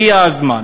הגיע הזמן